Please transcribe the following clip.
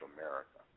America